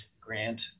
grant